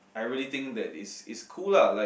I really think that is is cool lah like